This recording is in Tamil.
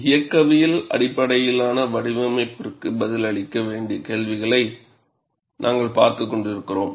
இயக்கவியல் அடிப்படையிலான வடிவமைப்பிற்கு பதிலளிக்க வேண்டிய கேள்விகளை நாங்கள் பார்த்துக் கொண்டிருந்தோம்